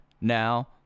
now